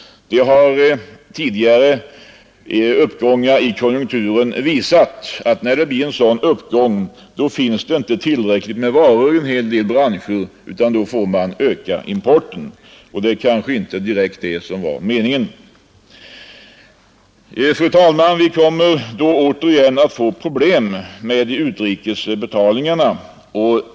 Tidigare uppgångar i konjunkturen har visat att när det blir en sådan uppgång, finns det inte tillräckligt med varor i en hel del branscher, utan då får man öka importen, och det kanske inte direkt är det som var meningen. Fru talman! Vi kommer då åter igen att få problem med utrikesbetalningarna.